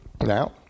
Now